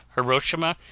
Hiroshima